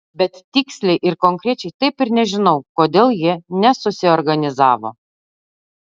bet tiksliai ir konkrečiai taip ir nežinau kodėl jie nesusiorganizavo